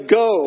go